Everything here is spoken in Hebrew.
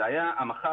זה היה המח"ט.